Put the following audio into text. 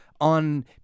on